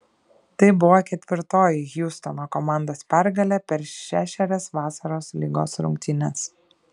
tai buvo ketvirtoji hjustono komandos pergalė per šešerias vasaros lygos rungtynes